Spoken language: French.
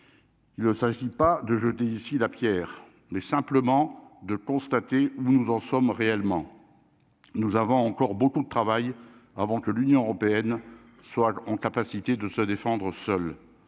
Il ne s'agit pas de jeter ici là Pierre mais simplement de constater où nous en sommes réellement, nous avons encore beaucoup de travail avant que l'Union européenne soit en capacité de se défendre seul,